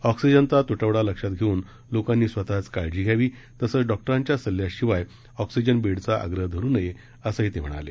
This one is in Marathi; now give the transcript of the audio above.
आँक्सिजनचा त्टवडा लक्षात घेऊन लोकांनी स्वतःच काळजी घ्यावी तसचं डाँक्टरांच्या सल्ल्या शिवाय लोकांनी आँक्सिजन बेडचा आग्रह धरु नये संही ते म्हणाले